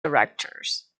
directors